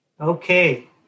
Okay